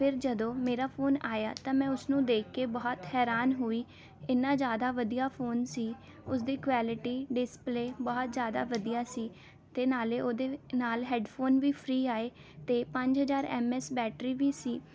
ਫਿਰ ਜਦੋਂ ਮੇਰਾ ਫੋਨ ਆਇਆ ਤਾਂ ਮੈਂ ਉਸ ਨੂੰ ਦੇਖ ਕੇ ਬਹੁਤ ਹੈਰਾਨ ਹੋਈ ਇੰਨਾ ਜ਼ਿਆਦਾ ਵਧੀਆ ਫੋਨ ਸੀ ਉਸਦੀ ਕਵਾਲੀਟੀ ਡਿਸ਼ਪਲੇਅ ਬਹੁਤ ਜ਼ਿਆਦਾ ਵਧੀਆ ਸੀ ਅਤੇ ਨਾਲੇ ਉਹਦੇ ਨਾਲ ਹੈੱਡਫੋਨ ਵੀ ਫ਼ਰੀ ਆਏ ਅਤੇ ਪੰਜ ਹਜ਼ਾਰ ਐੱਮ ਐੱਸ ਬੈਟਰੀ ਵੀ ਸੀ